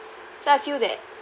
so I feel that